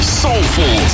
soulful